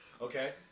Okay